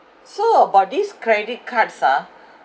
so about this credit cards ah